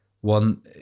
one